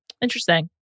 Interesting